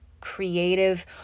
creative